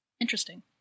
Interesting